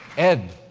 ed,